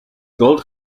gold